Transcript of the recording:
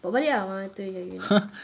bawa balik ah mana satu yang you nak